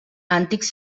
antics